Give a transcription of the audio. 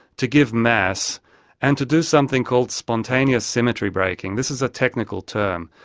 to give mass and to do something called spontaneous symmetry breaking, this is a technical term,